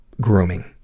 grooming